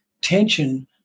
tension